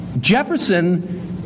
Jefferson